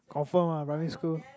confirm ah primary school